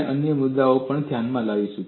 આપણે અન્ય મુદ્દાઓ પર પણ ધ્યાન આપીશું